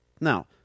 Now